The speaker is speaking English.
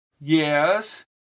Yes